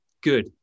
Good